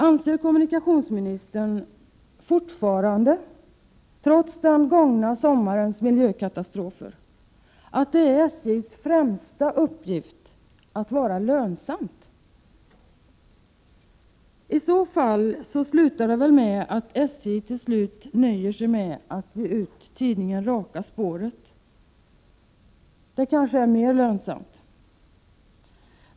Anser kommunikationsministern fortfarande, trots den gångna sommarens miljökatastrofer, att SJ:s främsta uppgift är att vara lönsamt? Det slutar väl i så fall med att SJ nöjer sig med att ge ut tidningen Raka spåret — det kanske är mer lönsamt.